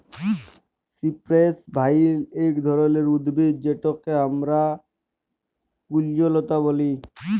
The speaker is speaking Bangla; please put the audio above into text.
সিপ্রেস ভাইল ইক ধরলের উদ্ভিদ যেটকে আমরা কুল্জলতা ব্যলে